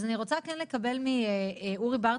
אז אני רוצה כן לקבל מאורי ברנפלד,